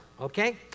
okay